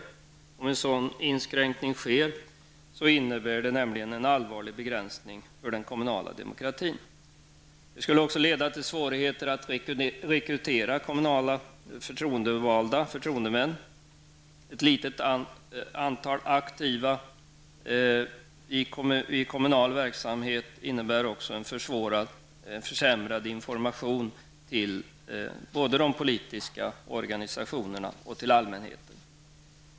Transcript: Om en sådan inskränkning sker medför den nämligen en allvarlig begränsning av den kommunala demokratin. Det skulle också leda till svårigheter att rekrytera kommunala förtroendemän. Ett litet antal aktiva i kommunal verksamhet innebär också en försämrad information till både de politiska organisationerna och allmänheten.